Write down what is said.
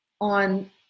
on